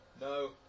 No